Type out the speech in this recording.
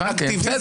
הבנתי.